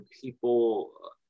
people